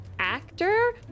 actor